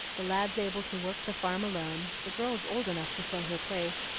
the lads able to work the farm alone, the girls old enough to fill her place,